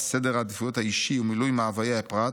סדר העדיפויות האישי ומילוי מאוויי הפרט,